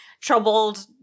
troubled